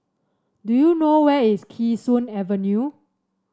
do you know where is Kee Sun Avenue